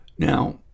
Now